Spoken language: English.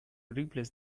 replace